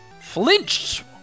Flinched